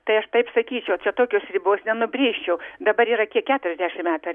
tai aš taip sakyčiau čia tokios ribos nenubrėščiau dabar yra kiek keturiasdešim metų